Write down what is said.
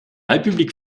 république